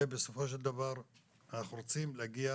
ובסופו של דבר אנחנו רוצים להגיע